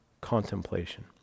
contemplation